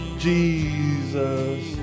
Jesus